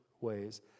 ways